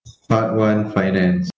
part one finance